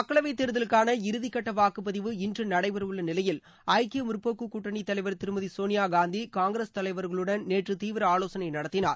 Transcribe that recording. மக்களவைத் தேர்தலுக்கான இறுதிக் கட்ட வாக்குப்பதிவு இன்று நடைபெறவுள்ள நிலையில் ஐக்கிய முற்போக்கு கூட்டணித்தலைவர் திருமதி சோனியா காந்தி காங்கிரஸ் தலைவர்களுடன் நேற்று தீவிர ஆலோசனை நடத்தினார்